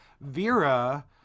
Vera